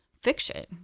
fiction